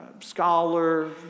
scholar